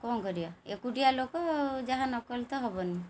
କ'ଣ କରିବା ଏକୁଟିଆ ଲୋକ ଯାହା ନକଲେ ତ ହେବନି